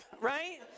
right